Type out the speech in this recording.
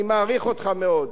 אני מעריך אותך מאוד,